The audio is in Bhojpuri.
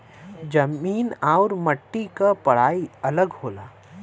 जमीन आउर मट्टी क पढ़ाई अलग होला